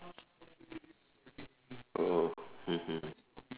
oh mmhmm